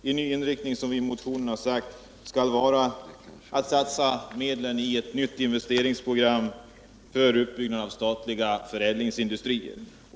Vi har i motionen sagt att den nya inriktningen innebär att man satsar medel i ett nytt investeringsprogram för uppbyggnad av statliga förädlingsindustrier.